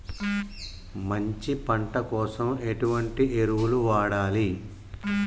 మంచి పంట కోసం ఎటువంటి ఎరువులు వాడాలి?